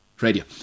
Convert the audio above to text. radio